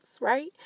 right